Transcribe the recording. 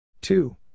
two